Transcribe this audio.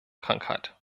krankheit